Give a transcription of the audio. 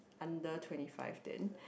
under twenty five then